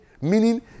meaning